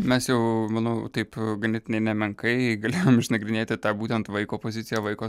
mes jau manau taip ganėtinai nemenkai galėjom išnagrinėti tą būtent vaiko poziciją vaiko